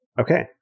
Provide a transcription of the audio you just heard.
Okay